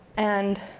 and,